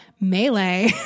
Melee